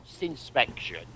inspection